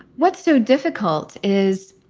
what's so difficult is,